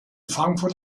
frankfurt